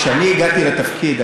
כשאני הגעתי לתפקיד,